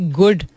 good